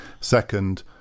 Second